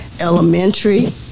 elementary